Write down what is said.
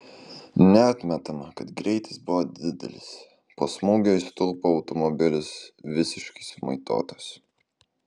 neatmetama kad greitis buvo didelis po smūgio į stulpą automobilis visiškai sumaitotas